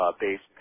Based